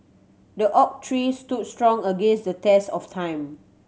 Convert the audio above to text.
the oak tree stood strong against the test of time